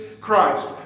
Christ